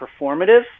performative